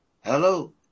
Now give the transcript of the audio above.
Hello